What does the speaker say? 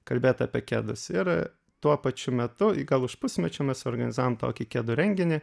kalbėt apie kedus ir tuo pačiu metu į gal už pusmečio mes suorganizavom tokį kedų renginį